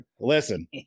listen